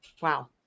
wow